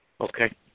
Okay